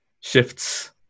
shifts